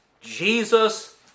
Jesus